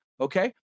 Okay